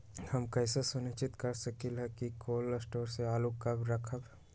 हम कैसे सुनिश्चित कर सकली ह कि कोल शटोर से आलू कब रखब?